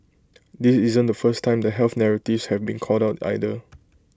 this isn't the first time the health narratives have been called out either